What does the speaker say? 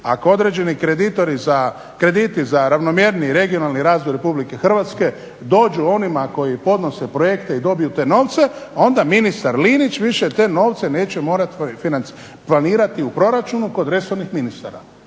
ako određeni krediti za ravnomjerniji regionalni razvoj RH dođu onima koji podnose projekte i dobiju te novce, onda ministar Linić više te novce neće morati planirati u proračunu kod resornih ministara